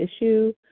issue